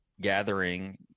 gathering